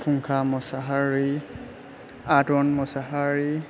फुंखा मोसाहारि आदन मोसाहारि